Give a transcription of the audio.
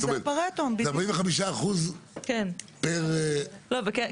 זאת אומרת, זה 45% פר --- נכון, בדיוק.